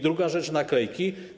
Druga rzecz - naklejki.